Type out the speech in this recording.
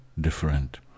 different